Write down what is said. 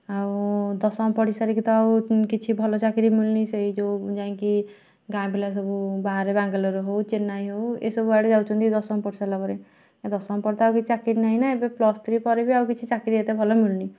ଆଉ ଦଶମ ପଢ଼ିସାରିକି ତ ଆଉ କିଛି ଭଲ ଚାକିରି ମିଳୁନି ସେଇ ଯେଉଁ ଯାଇଁକି ଗାଁ ପିଲା ସବୁ ବାହାରେ ବାଙ୍ଗାଲୋର ହଉ ଚେନ୍ନାଇ ହଉ ଏ ସବୁ ଆଡ଼େ ଯାଉଛନ୍ତି ଦଶମ ପଢ଼ିସାରିଲା ପରେ ଆଉ ଦଶମ ପରେ ତ ଆଉ କିଛି ଚାକିରି ନାହିଁ ନା ଏବେ ପ୍ଲସ୍ ଥ୍ରୀ ପରେ ବି ଆଉ କିଛି ଚାକିରି ଏତେ ଭଲ ମିଳୁନି